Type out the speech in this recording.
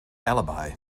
alibi